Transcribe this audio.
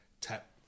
tap